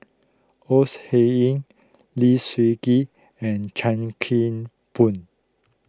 Ores Huiying Lee Seng Gee and Chuan Keng Boon